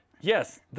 yes